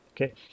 okay